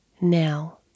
now